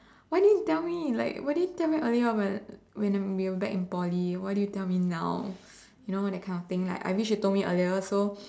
why didn't tell me like why didn't tell me earlier but when I'm we're back in Poly why do you tell me now you know that kind of thing like I wish you me earlier so